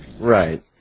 Right